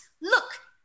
look